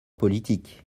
politique